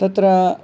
तत्र